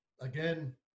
again